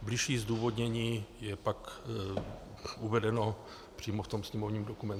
Bližší zdůvodnění je pak uvedeno přímo v tom sněmovním dokumentu.